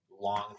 long